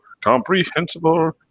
comprehensible